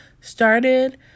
started